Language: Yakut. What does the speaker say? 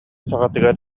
саҕатыгар